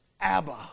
Abba